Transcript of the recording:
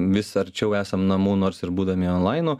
vis arčiau esam namų nors ir būdami onlainu